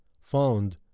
found